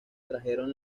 trajeron